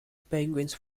penguins